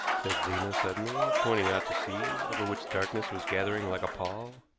said zena suddenly, pointing out to sea, over which darkness was gathering like a pall.